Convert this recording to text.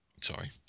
Sorry